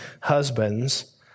husbands